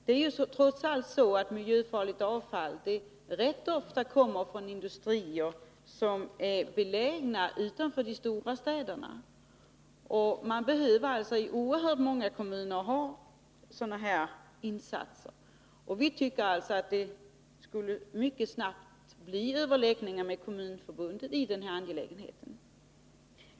Det är trots allt så att miljöfarligt avfall rätt ofta kommer från industrier som är belägna utanför de stora städerna. Man behöver alltså i oerhört många kommuner göra sådana insatser. Vi tycker att det mycket snabbt borde komma till stånd överläggningar med Kommunförbundet i den här angelägenheten.